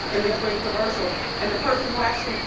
in between commercials. and the person who actually,